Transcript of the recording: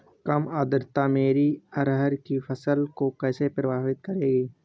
कम आर्द्रता मेरी अरहर की फसल को कैसे प्रभावित करेगी?